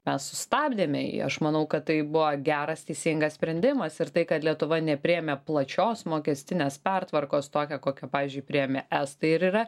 mes sustabdėme į aš manau kad tai buvo geras teisingas sprendimas ir tai kad lietuva nepriėmė plačios mokestinės pertvarkos tokią kokią pavyzdžiui priėmė estai ir yra